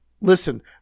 Listen